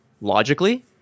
logically